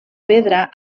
pedra